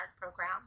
program